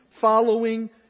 following